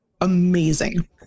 amazing